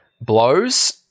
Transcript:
blows